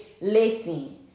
listen